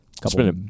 couple